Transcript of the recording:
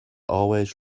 always